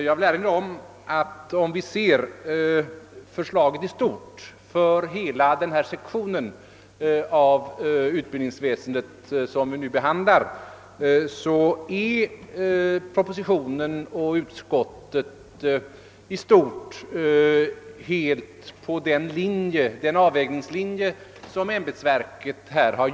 Jag vill vidare erinra om att för den sektion av utbildningsväsendet som nu behandlas, så befinner sig Kungl. Maj:t och utskottet i stort sett på samma avvägningslinje som ämbetsverket.